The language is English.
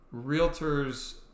realtors